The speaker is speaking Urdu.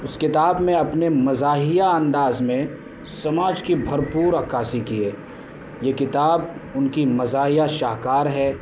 اس کتاب میں اپنے مزاحیہ انداز میں سماج کی بھرپور عکاسی کی ہے یہ کتاب ان کی مزاحیہ شاہکار ہے